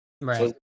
right